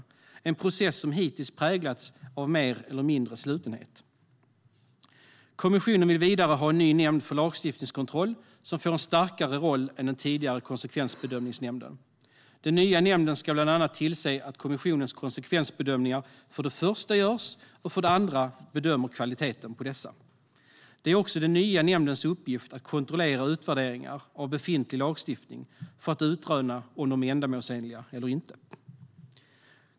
Det är en process som hittills präglats av mer eller mindre slutenhet. Kommissionen vill vidare ha en ny nämnd för lagstiftningskontroll som får en starkare roll än den tidigare konsekvensbedömningsnämnden. Den nya nämnden ska bland annat tillse att kommissionens konsekvensbedömningar för det första görs. För det andra ska den bedöma kvaliteten på dessa. Det är också den nya nämndens uppgift att kontrollera utvärderingar av befintlig lagstiftning för att utröna om de är ändamålsenliga eller inte.